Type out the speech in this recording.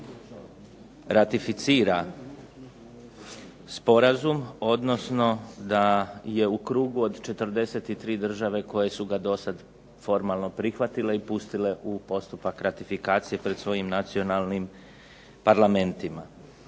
ratificira sporazum, odnosno da je u krugu od 43 države koje su ga do sad formalno prihvatile i pustile u postupak ratifikacije pred svojim nacionalnim parlamentima.